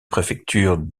préfectures